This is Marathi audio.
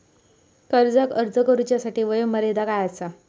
कर्जाक अर्ज करुच्यासाठी वयोमर्यादा काय आसा?